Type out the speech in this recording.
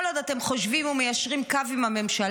כל עוד אתם חושבים או מיישרים קו עם הממשלה,